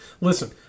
Listen